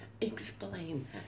Explain